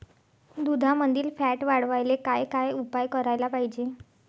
दुधामंदील फॅट वाढवायले काय काय उपाय करायले पाहिजे?